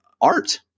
art